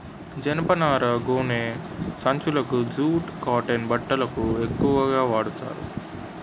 జనపనార గోనె సంచులకు జూట్ కాటన్ బట్టలకు ఎక్కువుగా వాడతారు